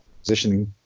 positioning